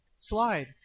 slide